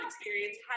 experience